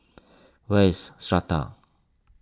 where is Strata